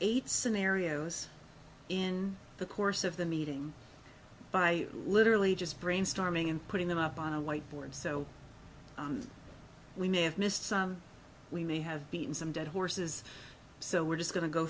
eight scenarios in the course of the meeting by literally just brainstorming and putting them up on a white board so we may have missed some we may have beaten some dead horses so we're just going to go